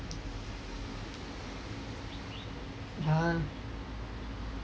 !huh!